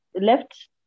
left